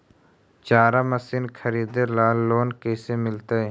चारा मशिन खरीदे ल लोन कैसे मिलतै?